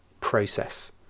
process